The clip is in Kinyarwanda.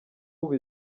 ubu